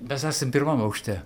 mes esam pirmam aukšte